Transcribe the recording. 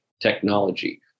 technology